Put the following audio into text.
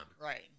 right